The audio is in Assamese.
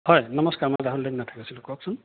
হয় নমস্কাৰ মই ৰাহুল দেৱনাথে কৈছিলোঁ কওকচোন